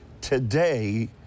today